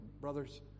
brothers